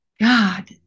God